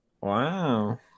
Wow